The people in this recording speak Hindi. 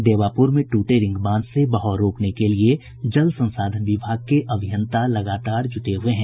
देवापुर में टूटे रिंग बांध से बहाव रोकने के लिए जल संसाधन विभाग के अभियंता लगातार जुटे हुए हैं